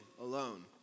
alone